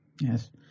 Yes